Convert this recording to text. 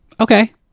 okay